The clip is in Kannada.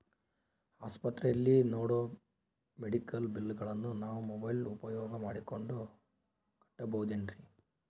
ಆಸ್ಪತ್ರೆಯಲ್ಲಿ ನೇಡೋ ಮೆಡಿಕಲ್ ಬಿಲ್ಲುಗಳನ್ನು ನಾವು ಮೋಬ್ಯೆಲ್ ಉಪಯೋಗ ಮಾಡಿಕೊಂಡು ಕಟ್ಟಬಹುದೇನ್ರಿ?